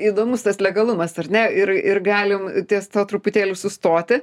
įdomus tas legalumas ar ne ir ir galim ties tuo truputėlį sustoti